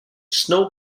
snow